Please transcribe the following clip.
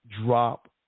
drop